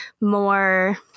more